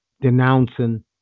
denouncing